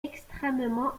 extrêmement